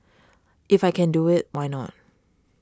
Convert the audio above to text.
if I can do it why not